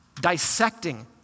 Dissecting